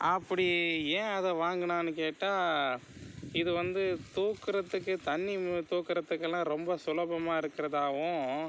அப்பிடி ஏன் அதை வாங்கினான்னு கேட்டால் இது வந்து தூக்குகிறதுக்கு தண்ணி தூக்குகிறதுக்கலாம் ரொம்ப சுலபமாக இருக்கிறதாவும்